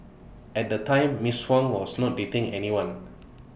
at the time miss Huang was not dating anyone